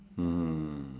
mm